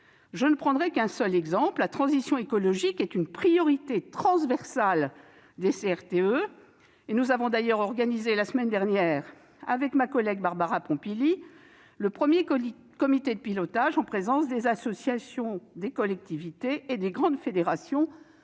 Je n'évoquerai qu'un seul exemple : la transition écologique est une priorité transversale des CRTE. Nous avons d'ailleurs organisé la semaine dernière, avec ma collègue Barbara Pompili, le premier comité de pilotage, en présence des associations de collectivités et des grandes fédérations